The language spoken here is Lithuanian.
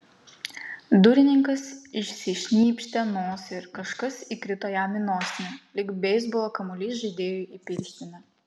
durininkas išsišnypštė nosį ir kažkas įkrito jam į nosinę lyg beisbolo kamuolys žaidėjui į pirštinę